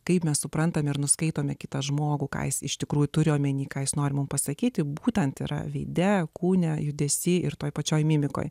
kaip mes suprantame ir nuskaitome kitą žmogų ką jis iš tikrųjų turi omeny ką jis nori mums pasakyti būtent yra veide kūne judesiai ir toje pačioje mimikoje